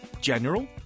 general